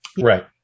Right